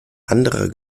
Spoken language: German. anderer